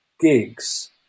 gigs